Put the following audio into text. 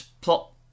plot